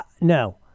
No